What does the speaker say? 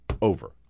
over